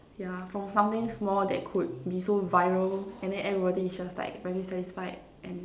ya from something small that could be so viral and then everybody is just like very satisfied and